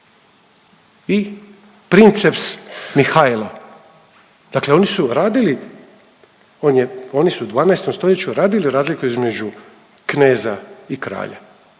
i princeps Mihajlo. Dakle, oni su radili, oni su u 12. stoljeću radili razliku između kneza i kralja.